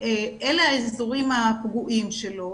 שאלה האזורים הפגועים שלו,